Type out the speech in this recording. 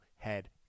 Head